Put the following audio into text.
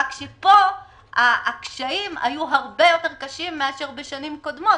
רק שכאן היו קשיים הרבה יותר קשים משנים קודמות.